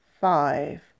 five